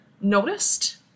noticed